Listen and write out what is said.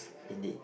indeed